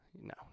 No